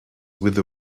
with